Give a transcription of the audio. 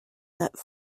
that